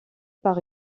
par